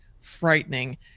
frightening